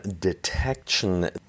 detection